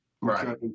Right